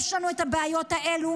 יש לנו את הבעיות האלו,